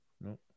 No